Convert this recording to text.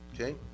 Okay